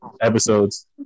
episodes